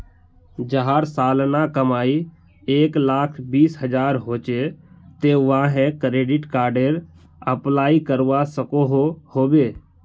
जहार सालाना कमाई एक लाख बीस हजार होचे ते वाहें क्रेडिट कार्डेर अप्लाई करवा सकोहो होबे?